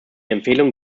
empfehlungen